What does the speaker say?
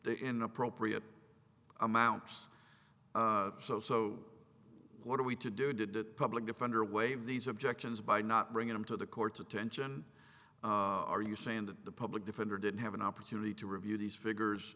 inappropriate amounts so so what are we to do did the public defender waive these objections by not bringing them to the court's attention are you saying that the public defender didn't have an opportunity to review these figures